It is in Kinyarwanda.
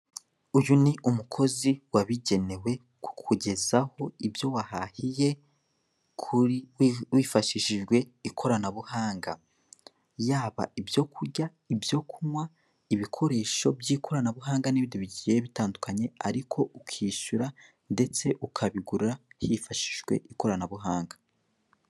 Uyu ni umukozi wabigewe kukugezaho ibyo wahahiye kuri hifashishijwe ikoranabuhanga, yaba ibyo kurya, ibyo kunywa, ibikoresho by'ikoranabuhanga n'ibindi bigiye bitandukanye ariko ukishyura ndetse ukabigura hifashishijwe ikoranabuhanga.